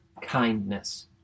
kindness